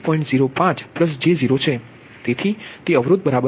05 j0 છે તેથી તે અવરોધ બરાબર રહેશે